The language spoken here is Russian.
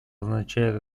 означает